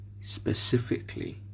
specifically